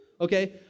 Okay